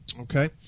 Okay